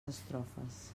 estrofes